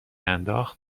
انداخت